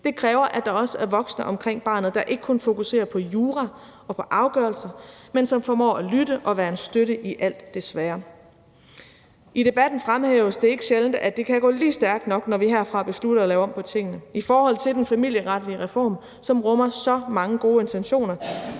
Det kræver, at der også er voksne omkring barnet, der ikke kun fokuserer på jura og på afgørelser, men som formår at lytte og være en støtte i alt det svære. I debatten fremhæves det ikke sjældent, at det kan gå lige stærkt nok, når vi herfra beslutter at lave om på tingene. I forhold til den familieretlige reform, som rummer så mange gode intentioner,